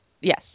Yes